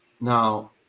Now